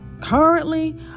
currently